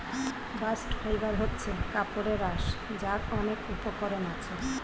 bast fibre হচ্ছে কাপড়ের আঁশ যার অনেক উপকরণ আছে